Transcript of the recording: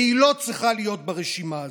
היא לא צריכה להיות ברשימה הזאת.